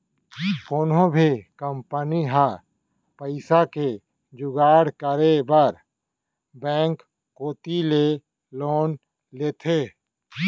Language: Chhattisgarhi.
कोनो भी कंपनी ह पइसा के जुगाड़ करे बर बेंक कोती ले लोन लेथे